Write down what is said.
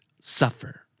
Suffer